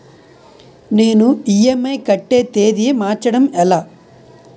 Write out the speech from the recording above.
నేను ఇ.ఎం.ఐ కట్టే తేదీ మార్చడం ఎలా?